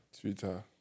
Twitter